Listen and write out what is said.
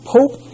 Pope